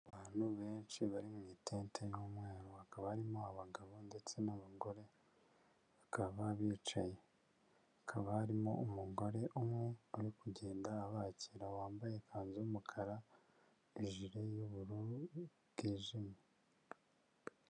Abantu benshi bari mu itente y'umweru, hakaba harimo abagabo ndetse n'abagore bakaba bicay, hakaba harimo umugore umwe uri kugenda abakira, wambaye ikanzu y'umukara n'ijire y'ubururu bwijimye.